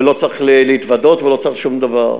ולא צריך להתוודות ולא צריך שום דבר.